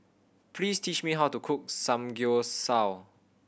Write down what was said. please teach me how to cook Samgyeopsal